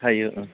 हायो ओं